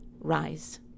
Rise